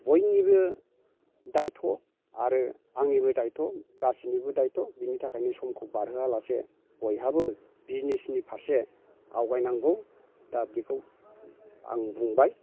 बयनिबो दाइथ' आरो आंनिबो दाइथ' गासिनिबो दाइथ' बिनि थाखायनो समखौ बारहोआलासे बयहाबो बिजिनेसनि फारसे आवगायनांगौ दा बेखौ आं बुंबाय